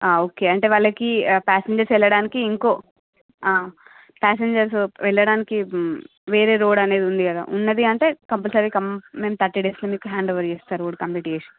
ఆ ఓకే అంటే వాళ్ళకి ప్యాసింజర్స్ వెళ్ళడానికి ఇంకో ఆ ప్యాసింజర్స్ వెళ్ళడానికి వేరే రోడ్ అనేది ఉంది కదా ఉన్నది అంటే కంపల్సరీ గా మేం థర్టీ డేస్ లో మీకు హ్యాండ్ఓవర్ చేస్తారు రోడ్ కంప్లీట్ చేసి